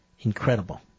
incredible